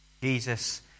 Jesus